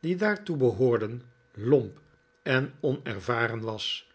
die daartoe behoorden lomp en onervaren was